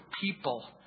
people